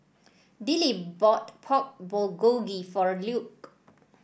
Dillie bought Pork Bulgogi for Luke